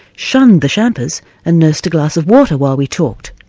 shunned the champers and nursed a glass of water while we talked.